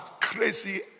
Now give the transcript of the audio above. crazy